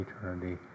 eternity